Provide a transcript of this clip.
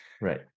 Right